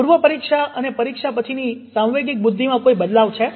પૂર્વ પરીક્ષા અને પરીક્ષા પછીની સાંવેગિક બુદ્ધિમાં કોઈ બદલાવ છે